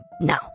Now